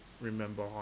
remember